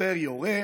שוטר יורה,